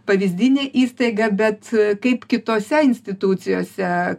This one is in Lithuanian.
pavyzdinė įstaiga bet kaip kitose institucijose